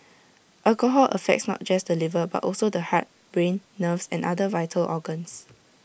alcohol affects not just the liver but also the heart brain nerves and other vital organs